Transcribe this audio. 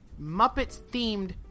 Muppets-themed